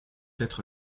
être